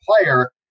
player